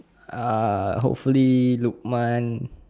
uh hopefully lukman